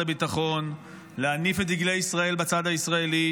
הביטחון להניף את דגלי ישראל בצד הישראלי,